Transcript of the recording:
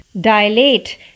dilate